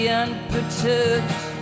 unperturbed